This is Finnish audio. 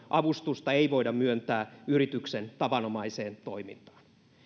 avustusta ei voida myöntää yrityksen tavanomaiseen toimintaan